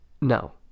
No